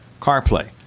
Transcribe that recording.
CarPlay